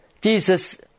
Jesus